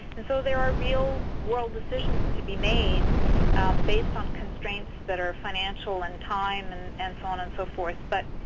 and so there are real world decisions to be made based on constraints that are financial in and time and and so on and so forth, but